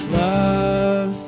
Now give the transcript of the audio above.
love